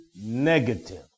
negative